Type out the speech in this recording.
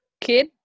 Kid